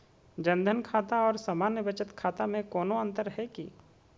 जन धन खाता और सामान्य बचत खाता में कोनो अंतर है की?